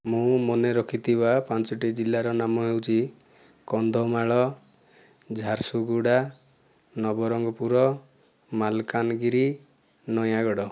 ମୁଁ ମନେ ରଖିଥିବା ପାଞ୍ଚୋଟି ଜିଲ୍ଲାର ନାମ ହେଉଛି କନ୍ଧମାଳ ଝାରସୁଗୁଡ଼ା ନବରଙ୍ଗପୁର ମାଲକାନଗିରି ନୟାଗଡ଼